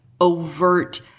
overt